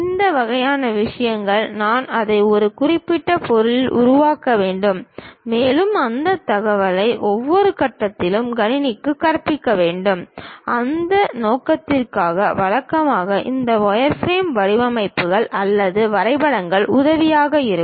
இந்த வகையான விஷயங்கள் நான் அதை ஒரு குறிப்பிட்ட பொருளில் உருவாக்க வேண்டும் மேலும் அந்த தகவலை ஒவ்வொரு கட்டத்திலும் கணினிக்குக் கற்பிக்க வேண்டும் அந்த நோக்கத்திற்காக வழக்கமாக இந்த வயர்ஃப்ரேம் வடிவமைப்புகள் அல்லது வரைபடங்கள் உதவியாக இருக்கும்